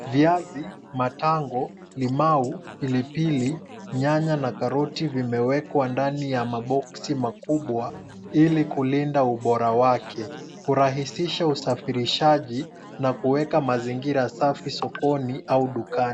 Viazi, matango, limau, pilipili, nyanya na karoti vimewekwa ndani ya maboksi makubwa ili kulinda ubora wake, kurahisisha usafirishaji na kuweka mazingira safi sokoni au dukani.